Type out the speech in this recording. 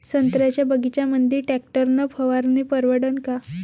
संत्र्याच्या बगीच्यामंदी टॅक्टर न फवारनी परवडन का?